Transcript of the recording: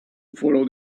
follow